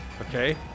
Okay